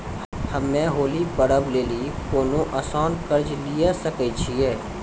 हम्मय होली पर्व लेली कोनो आसान कर्ज लिये सकय छियै?